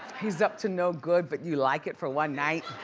he's up to no good but you like it for one night.